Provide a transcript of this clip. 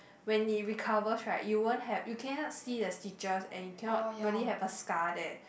when it recovers right you won't have you cannot see the stitches and you cannot really have a scar there